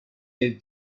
del